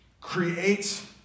creates